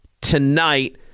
tonight